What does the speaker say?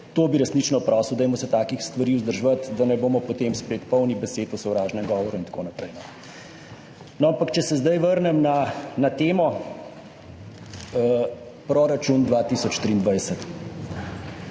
to bi resnično prosil, dajmo se takih stvari vzdrževati, da ne bomo potem spet polni besed o sovražnem govoru in tako naprej. Če se zdaj vrnem na temo – proračun 2023.